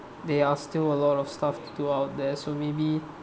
there are still a lot of stuff to do out there so maybe